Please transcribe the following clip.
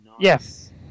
Yes